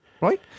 right